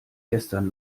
gestern